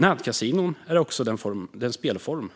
Nätkasinon är också den spelform